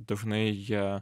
dažnai jie